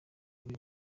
muri